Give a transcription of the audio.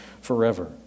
forever